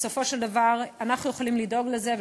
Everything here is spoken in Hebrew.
בסופו של דבר אנחנו יכולים לדאוג לזה,